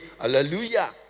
hallelujah